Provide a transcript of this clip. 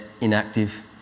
inactive